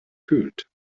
fühlt